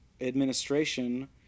administration